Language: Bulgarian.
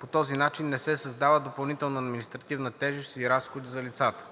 По този начин не се създава допълнителна административна тежест и разходи за лицата.